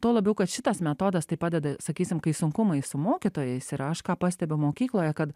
tuo labiau kad šitas metodas tai padeda sakysim kai sunkumai su mokytojais yra aš ką pastebiu mokykloje kad